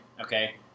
Okay